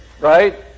right